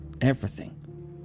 everything